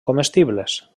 comestibles